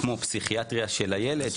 כמו פסיכיאטריה של הילד,